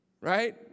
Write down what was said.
Right